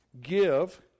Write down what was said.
give